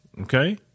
Okay